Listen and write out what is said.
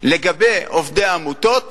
לגבי עובדי העמותות